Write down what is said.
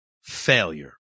failure